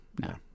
No